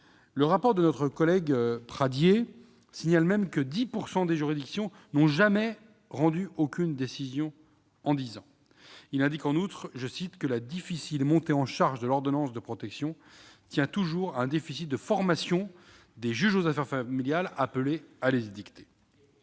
Le rapport de notre collègue député Aurélien Pradié signale même que « 10 % des juridictions n'ont jamais rendu aucune décision en dix ans ». Il indique, en outre, que « la difficile montée en charge de l'ordonnance de protection » tient « toujours à un déficit de formation des juges aux affaires familiales appelés à les édicter.